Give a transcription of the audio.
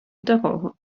дорогу